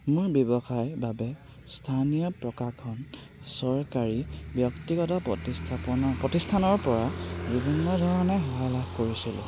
মোৰ ব্যৱসায় বাবে স্থানীয় প্ৰকাশন চৰকাৰী ব্যক্তিগত প্ৰতিষ্ঠাপনৰ প্ৰতিষ্ঠানৰ পৰা বিভিন্ন ধৰণে সহায় লাভ কৰিছিলোঁ